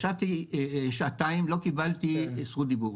ישבתי שעתיים, לא קיבלתי זכות דיבור.